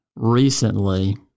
recently